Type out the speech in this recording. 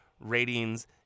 ratings